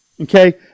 Okay